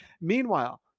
Meanwhile